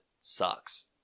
sucks